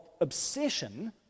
obsession